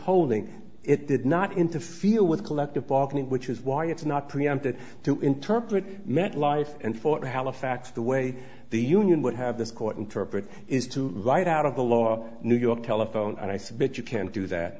holding it did not interfere with collective bargaining which is why it's not preempted to interpret met life and for halifax the way the union would have this court interpret is to write out of the law new york telephone and i submit you can't do that